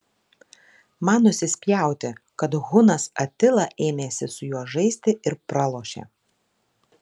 man nusispjauti kad hunas atila ėmėsi su juo žaisti ir pralošė